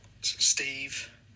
Steve